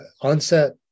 onset